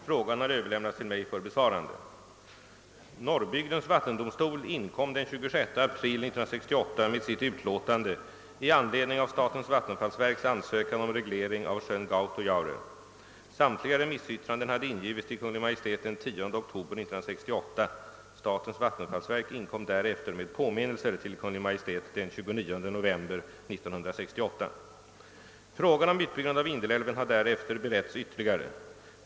Frågan har överlämnats till mig för besvarande. Frågan om utbyggnad av Vindelälven har därefter beretts ytterligare.